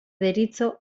deritzo